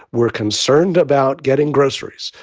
we're concerned about getting groceries.